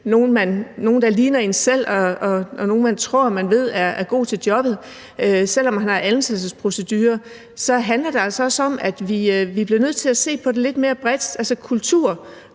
nogen, der ligner en selv, og nogen, man tror man ved er gode til jobbet, selv om der er ansættelsesprocedurer. Og så handler det altså også om, at vi bliver nødt til at se på det mere bredt. Man plejer